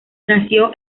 nació